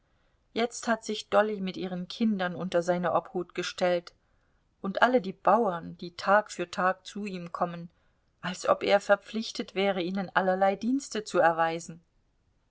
jetzt hat sich dolly mit ihren kindern unter seine obhut gestellt und alle die bauern die tag für tag zu ihm kommen als ob er verpflichtet wäre ihnen allerlei dienste zu erweisen